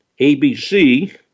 ABC